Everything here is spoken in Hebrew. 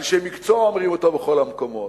אנשי מקצוע אומרים בכל המקומות,